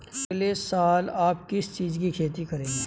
अगले साल आप किस चीज की खेती करेंगे?